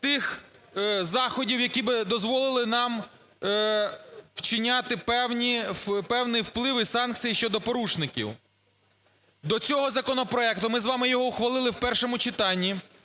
тих заходів, які би дозволи нам вчиняти певний вплив і санкції щодо порушників. До цього законопроекту, ми з вами його ухвалили в першому читанні,